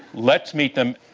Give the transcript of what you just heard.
let's meet them